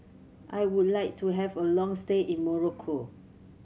I would like to have a long stay in Morocco